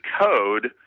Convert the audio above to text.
code